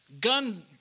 Gun